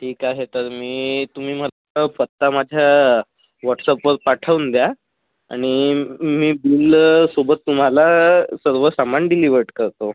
ठीक आहे तर मी तुम्ही मला पत्ता माझ्या वॉट्सअपवर पाठवून द्या आणि मी मुलासोबत तुम्हाला सर्व सामान डिलिवर्ड करतो